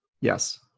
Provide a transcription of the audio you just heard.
Yes